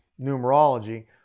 numerology